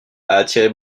attiré